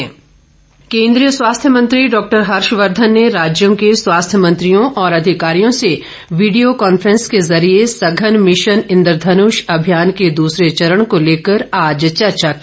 इंद्रधनुष केन्द्रीय स्वास्थ्य मंत्री डाक्टर हर्षवर्धन ने राज्यों के स्वास्थ्य मंत्रियों और अधिकारियों से वीडियो कॉन्फ्रेंस के जरिए सघन मिशन इंदघनुष अभियान के दूसरे चरण को लेकर आज चर्चा की